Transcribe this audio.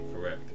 Correct